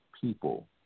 people